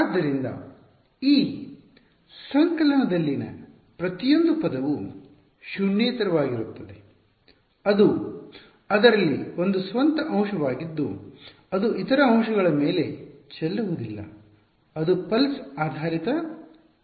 ಆದ್ದರಿಂದ ಈ ಸಂಕಲನದಲ್ಲಿನ ಪ್ರತಿಯೊಂದು ಪದವು ಶೂನ್ಯೇತರವಾಗಿರುತ್ತದೆ ಅದು ಅದರಲ್ಲಿ ಒಂದು ಸ್ವಂತ ಅಂಶವಾಗಿದ್ದು ಅದು ಇತರ ಅಂಶಗಳ ಮೇಲೆ ಚೆಲ್ಲುವುದಿಲ್ಲ ಅದು ಪಲ್ಸ್ ಆಧಾರಿತ ಕಾರ್ಯದಂತೆ